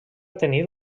tenir